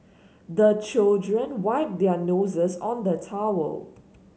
the children wipe their noses on the towel